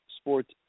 sports